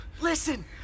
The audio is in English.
Listen